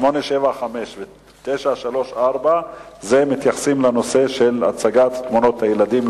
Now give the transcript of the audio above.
785 ו-934 מתייחסים לנושא של הצגת תמונות הילדים,